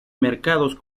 mercados